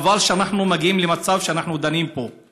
חבל שאנחנו מגיעים למצב שאנחנו דנים בו פה.